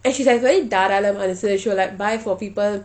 and she's like very தாராள மனசு:tharala manasu she will like buy for people